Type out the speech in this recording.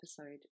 episode